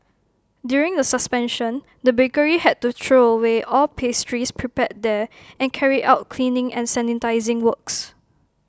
during the suspension the bakery had to throw away all pastries prepared there and carry out cleaning and sanitising works